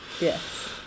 yes